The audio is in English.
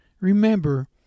Remember